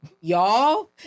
Y'all